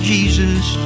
Jesus